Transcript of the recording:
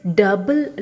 double